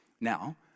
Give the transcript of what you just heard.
now